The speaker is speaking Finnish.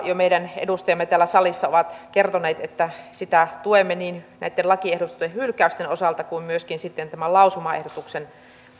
jo meidän edustajamme täällä salissa ovat kertoneet että sitä tuemme niin näitten lakiehdotusten hylkäysten osalta kuin myöskin tämän lausumaehdotuksen